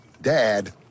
Dad